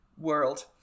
world